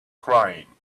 crying